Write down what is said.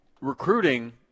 Recruiting